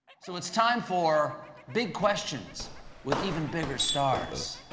so it's time for big questions with even bigger stars!